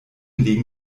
legen